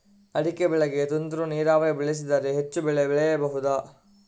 ಅಡಿಕೆ ಬೆಳೆಗೆ ತುಂತುರು ನೀರಾವರಿ ಬಳಸಿದರೆ ಹೆಚ್ಚು ಬೆಳೆ ಬೆಳೆಯಬಹುದಾ?